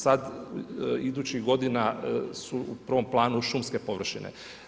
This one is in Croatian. Sad idućih godina su u prvom planu šumske površine.